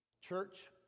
Church